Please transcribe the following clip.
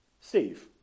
Steve